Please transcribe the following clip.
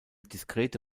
diskrete